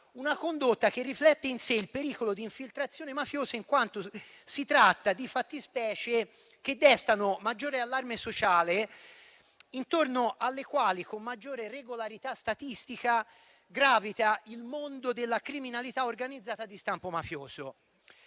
una condotta che riflette in sé il pericolo di infiltrazione mafiosa in quanto si tratta di fattispecie che destano maggiore allarme sociale e intorno alle quali con maggiore regolarità statistica gravita il mondo della criminalità organizzata di stampo mafioso.